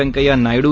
Venkaiah Naidu